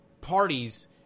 parties